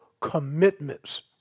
commitments